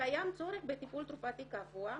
קיים צורך בטיפול תרופתי קבוע,